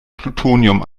plutonium